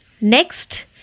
Next